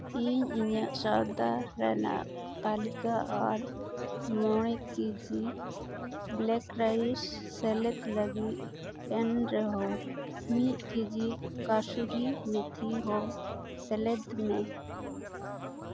ᱤᱧ ᱤᱧᱟᱹᱜ ᱥᱚᱭᱫᱟ ᱨᱮᱱᱟᱜ ᱛᱟᱹᱞᱤᱠᱟ ᱟᱨ ᱢᱚᱬᱮ ᱠᱮᱡᱤ ᱵᱞᱮᱠ ᱨᱟᱭᱤᱥ ᱥᱮᱞᱮᱫ ᱞᱟᱹᱜᱤᱫ ᱮᱱᱨᱮᱦᱚᱸ ᱢᱤᱫ ᱠᱮᱡᱤ ᱠᱟᱹᱥᱩᱨᱤ ᱢᱮᱛᱷᱤ ᱦᱚᱸ ᱥᱮᱞᱮᱫ ᱢᱮ